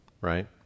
right